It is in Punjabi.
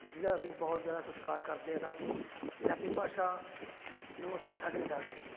ਜਿਹਦਾ ਅਸੀਂ ਬਹੁਤ ਜ਼ਿਆਦਾ ਸਤਿਕਾਰ ਕਰਦੇ ਆ ਸਰ ਜੀ ਪੰਜਾਬੀ ਭਾਸ਼ਾ ਨੂੰ ਅਸੀਂ ਛੱਡ ਨਹੀਂ ਸਕਦੇ